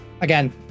again